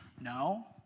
No